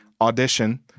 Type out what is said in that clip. Audition